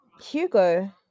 hugo